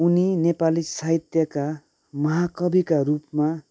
उनी नेपाली साहित्यका महाकविका रुपमा